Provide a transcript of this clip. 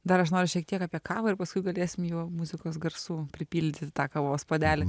dar aš noriu šiek tiek apie kavą ir paskui galėsim muzikos garsų pripildyti tą kavos puodelį